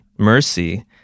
mercy